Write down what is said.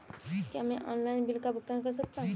क्या मैं online bill का भुगतान कर सकता हूँ?